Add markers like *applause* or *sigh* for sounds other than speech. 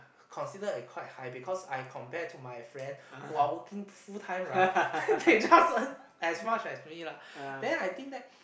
considered like quite high because I compare to my friend who are working full time right then they *laughs* just earn as much as me lah then I think that